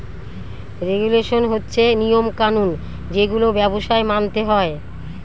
regulation হচ্ছে নিয়ম কানুন যেগুলো ব্যবসায় মানতে হয়